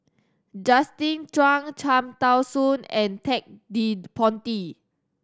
Justin Zhuang Cham Tao Soon and Ted De Ponti